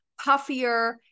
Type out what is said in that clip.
puffier